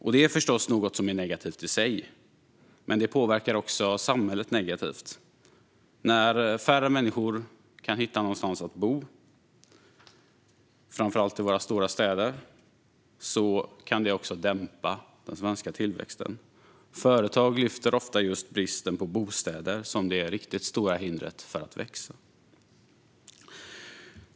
Detta är förstås något som är negativt i sig, men det påverkar också samhället negativt. När färre människor hittar någonstans att bo, framför allt i våra stora städer, kan det dämpa den svenska tillväxten. Företag lyfter ofta upp just bristen på bostäder som det riktigt stora hindret för att växa.